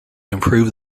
improve